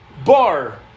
Bar